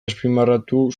azpimarratu